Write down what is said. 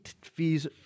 fees